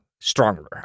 stronger